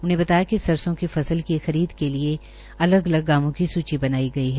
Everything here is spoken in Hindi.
उन्होंने बताया कि सरसों की फसल की खरीद के लिये अलग अलग गांवों की सुची बनाई गई है